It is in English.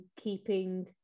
keeping